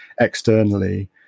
externally